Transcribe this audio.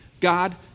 God